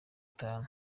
itanu